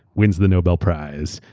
wins the nobel prize,